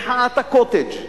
מחאת ה"קוטג'",